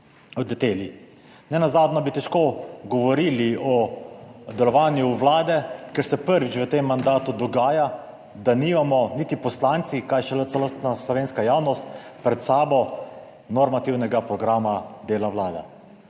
odleteli. Nenazadnje bi težko govorili o delovanju Vlade, ker se prvič v tem mandatu dogaja, da nimamo niti poslanci, kaj šele celotna slovenska javnost pred sabo normativnega programa dela Vlade.